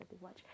watch